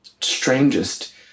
strangest